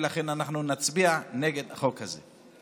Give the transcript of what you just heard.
ולכן נצביע נגד החוק הזה.